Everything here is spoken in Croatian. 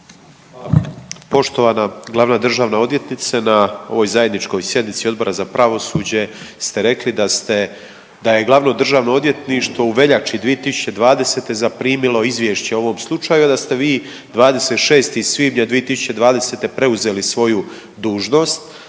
Poštovana glavna državna odvjetnice, na ovoj zajedničkoj sjednici Odbora za pravosuđe ste rekli da je glavno državno odvjetništvo u veljači 2020. zaprimilo izvješće o ovom slučaju, a da ste vi 26. svibnja 2020. preuzeli svoju dužnost.